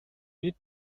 need